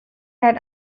had